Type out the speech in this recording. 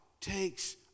takes